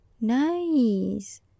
Nice